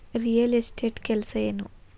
real estate ಕೆಲಸ ಏನು